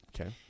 Okay